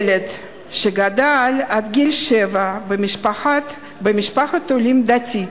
ילד שגדל עד גיל שבע במשפחת עולים דתית,